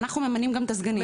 אנחנו ממנים גם את הסגנים.